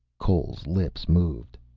cole's lips moved.